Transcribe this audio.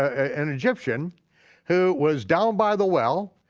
an egyptian who was down by the well,